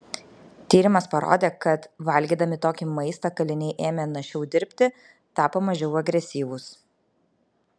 tyrimas parodė kad valgydami tokį maistą kaliniai ėmė našiau dirbti tapo mažiau agresyvūs